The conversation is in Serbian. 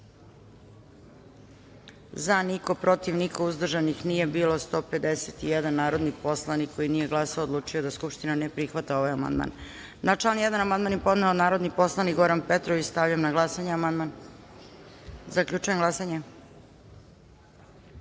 - niko, protiv - niko, uzdržanih nije bilo, 151 narodni poslanik koji nije glasao odlučio je da Skupština ne prihvata ovaj amandman. Na član 1. amandman je podneo narodni poslanik Goran Petrović. Stavljam na glasanje amandman. Zaključujem glasanje: